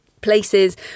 Places